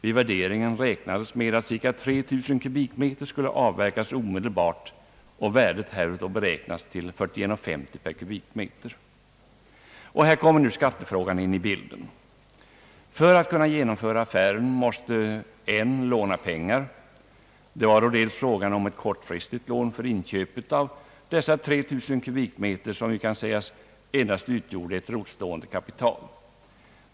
I värderingen räknades med att cirka 3 000 kubikmeter skulle avverkas omedelbart och värdet härav beräknades till 41: 50 per kubikmeter. Här kommer nu skattefrågan in i bilden. För att kunna genomföra affären måste N låna pengar. Det var dels fråga om ett kortfristigt lån för inköp av dessa 3 000 kubikmeter, som ju kan sägas endast utgjorde ett »rotstående kapital».